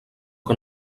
que